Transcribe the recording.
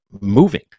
moving